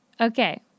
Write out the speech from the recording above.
Okay